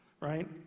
right